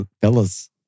fellas